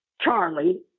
Charlie